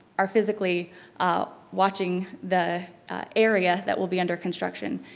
are physically ah watching the area that will be under construction.